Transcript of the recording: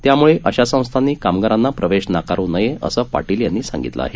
त्यामुळे अशा संस्थांनी कामगारांना प्रवेश नाकारु नयेअसं पाटील यांनी सांगितलं आहे